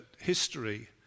history